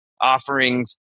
offerings